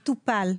מטופל,